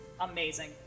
amazing